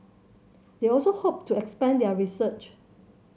they also hope to expand their research